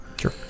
Sure